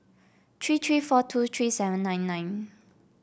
three three four two three seven nine nine